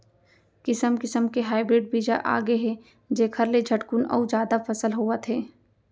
किसम किसम के हाइब्रिड बीजा आगे हे जेखर ले झटकुन अउ जादा फसल होवत हे